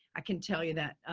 i can tell you that,